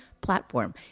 platform